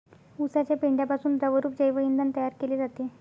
उसाच्या पेंढ्यापासून द्रवरूप जैव इंधन तयार केले जाते